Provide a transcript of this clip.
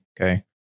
Okay